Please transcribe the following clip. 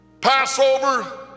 Passover